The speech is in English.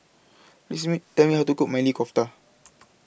Please Tell Me Tell Me How to Cook Maili Kofta